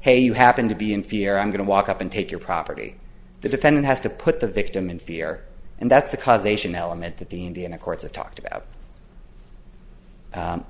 hey you happen to be in fear i'm going to walk up and take your property the defendant has to put the victim in fear and that's the causation element that the indiana courts of talked about